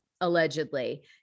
allegedly